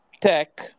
tech